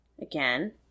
again